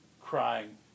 crying